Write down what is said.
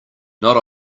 not